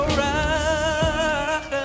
right